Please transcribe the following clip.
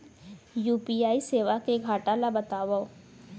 UPI सेवा के घाटा ल बतावव?